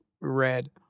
red